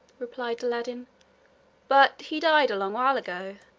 replied aladdin but he died a long while ago.